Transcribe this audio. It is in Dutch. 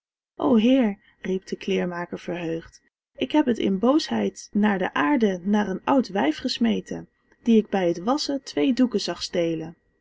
o heer riep de kleermaker verheugd ik heb het in boosheid naar de aarde naar een oud wijf gesmeten die ik bij het wasschen twee doeken zag stelen